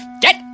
Get